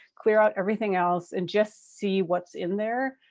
clear out everything else and just see what's in there.